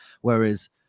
whereas